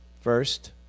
first